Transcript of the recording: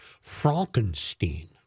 Frankenstein